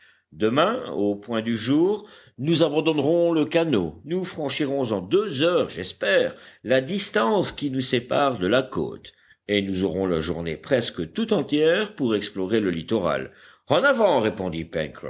demain au point du jour nous abandonnerons le canot nous franchirons en deux heures j'espère la distance qui nous sépare de la côte et nous aurons la journée presque tout entière pour explorer le littoral en avant répondit